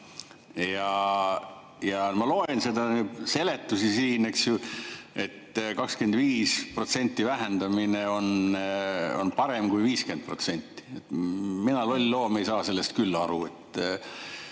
Ma loen seda seletust siin, et 25% vähendamine on parem kui 50%. Mina, loll loom, ei saa sellest küll aru.